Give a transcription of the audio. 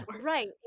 Right